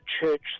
church